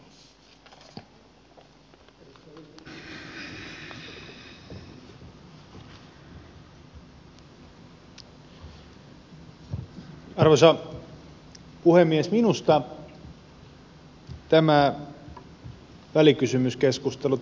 arvoisa puhemies